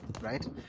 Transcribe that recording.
right